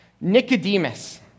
Nicodemus